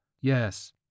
Yes